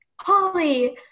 Holly